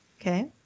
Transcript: Okay